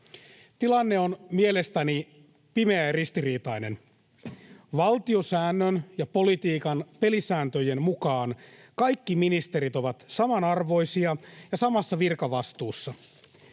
Tilanne on mielestäni pimeä ja ristiriitainen. Valtiosäännön ja politiikan pelisääntöjen mukaan kaikki ministerit ovat samanarvoisia ja samassa virkavastuussa.